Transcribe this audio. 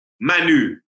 Manu